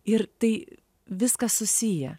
ir tai viskas susije